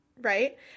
right